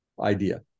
idea